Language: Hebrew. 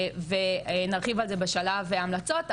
ונרחיב על זה בשלב ההמלצות,